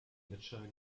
gletscher